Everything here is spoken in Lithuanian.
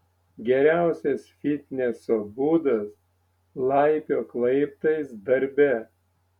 geriausias fitneso būdas laipiok laiptais darbe